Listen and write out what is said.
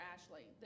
Ashley